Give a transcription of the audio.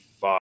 five